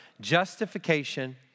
justification